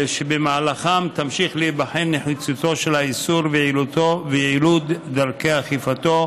ובמהלכם תמשיך להיבחן נחיצותו של האיסור ויעילות דרכי אכיפתו.